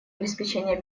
обеспечения